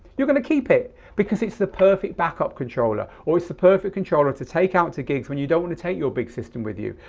you're going to keep it because it's the perfect backup controller or it's the perfect controller to take out two gigs when you don't want to take your big system with you.